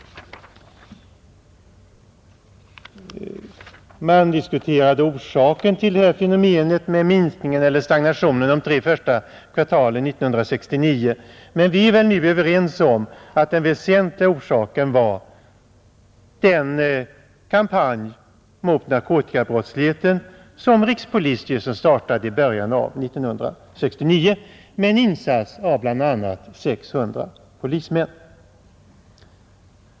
Man har diskuterat orsaken till fenomenet med minskningen eller stagnationen av brottsligheten de tre första kvartalen år 1969. Vi är väl nu överens om att den väsentliga orsaken var den kampanj mot narkotikabrottsligheten som rikspolisstyrelsen startade i början av år 1969 med en insats av bl.a. 600 polismän.